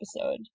episode